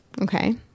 Okay